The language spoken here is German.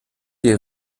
der